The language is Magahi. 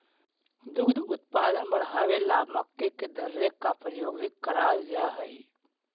दुग्ध उत्पादन बढ़ावे ला मक्के के दर्रे का प्रयोग भी कराल जा हई